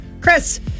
chris